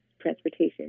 transportation